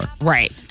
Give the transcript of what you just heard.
Right